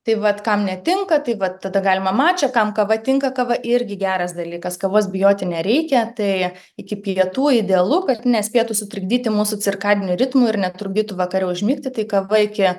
tai vat kam netinka taip vat tada galima mačą kam kava tinka kava irgi geras dalykas kavos bijoti nereikia tai iki pietų idealu kad nespėtų sutrikdyti mūsų cirkadinių ritmų ir netrukdytų vakare užmigti tai kava iki